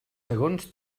segons